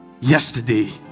yesterday